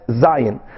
Zion